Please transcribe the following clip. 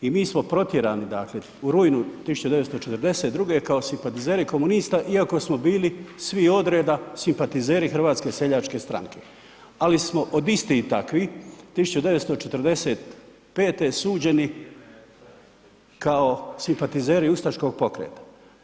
I mi smo protjerani dakle u rujnu 1942. kao simpatizeri komunista iako smo bili svi odreda simpatizeri Hrvatske seljačke stranke, ali smo od istih takvih 1945. suđeni kao simpatizeri ustaškog pokreta.